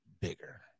bigger